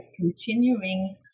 continuing